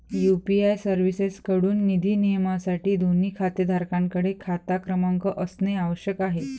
UPI सर्व्हिसेसएकडून निधी नियमनासाठी, दोन्ही खातेधारकांकडे खाता क्रमांक असणे आवश्यक आहे